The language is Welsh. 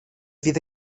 fydd